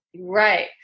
Right